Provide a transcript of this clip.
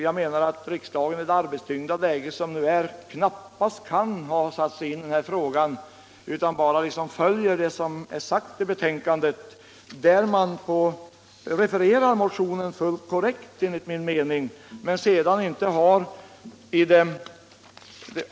Jag menar att ledamöterna, I det arbetstyngda läge riks Riksdagens lokalfrågor på längre sikt Riksdagens lokalfrågor på längre sikt dagen nu befinner sig i, knappast kan ha satt sig in i den här frågan utan bara följer det som sagts i betänkandet. Där har man, enligt min mening, refererat motionen helt korrekt.